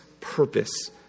purpose